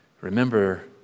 Remember